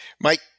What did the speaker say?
Mike